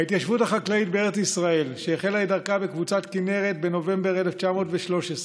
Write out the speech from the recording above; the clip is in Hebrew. ההתיישבות החקלאית בארץ ישראל החלה את דרכה בקבוצת כינרת בנובמבר 1913,